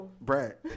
Brad